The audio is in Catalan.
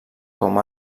com